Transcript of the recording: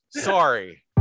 Sorry